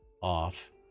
off